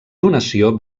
donació